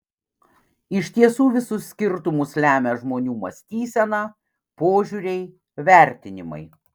iš tiesų visus skirtumus lemia žmonių mąstysena požiūriai vertinimai